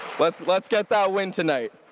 let's let's get that win tonight.